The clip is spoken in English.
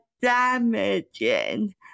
damaging